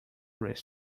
risk